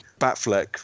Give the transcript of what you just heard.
Batfleck